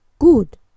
Good